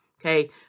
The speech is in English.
Okay